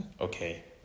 okay